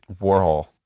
Warhol